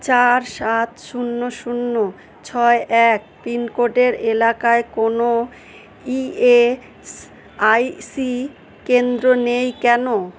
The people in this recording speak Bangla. চার সাত শূন্য শূন্য ছয় এক পিনকোডের এলাকায় কোনো ই এস আই সি কেন্দ্র নেই কেন